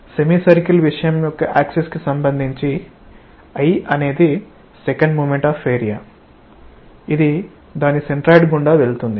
semi circle విషయం యొక్క axis కి సంబంధించి I అనేది సెకండ్ మోమెంట్ ఆఫ్ ఏరియా ఇది దాని సెంట్రాయిడ్ గుండా వెళుతుంది